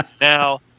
Now